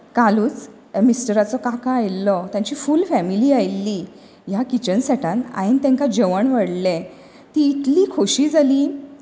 कालूच मिस्टराचो काका आयिल्लो तांची फूल फॅमिली आयिल्ली ह्या किचन सॅटांत हांवें तांका जेवण वाडलें तीं इतली खोशी जाली